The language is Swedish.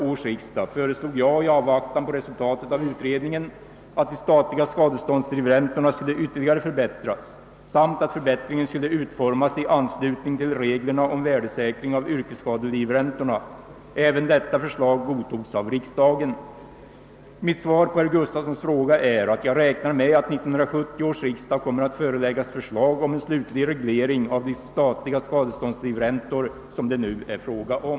års riksdag föreslog jag, i avvaktan på resultatet av utredningen, att de statliga skadeståndslivräntorna skulle ytterligare förbättras samt att förbättringen skulle utformas i anslutning till reglerna om värdesäkring av yrkesskadelivräntorna. Även detta förslag godtogs av riksdagen. Mitt svar på herr Gustavssons i Alvesta fråga är att jag räknar med att 1970 års riksdag kommer att föreläggas förslag om en slutlig reglering av de statliga skadeståndslivräntor som det nu är fråga om.